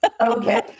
Okay